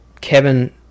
Kevin